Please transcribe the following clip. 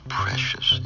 precious